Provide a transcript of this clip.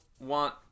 want